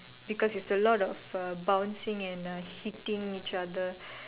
because it's a lot of uh bouncing and uh hitting each other